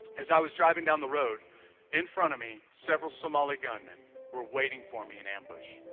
as i was driving down the road in front of me several somali gunmen were waiting for me in ambush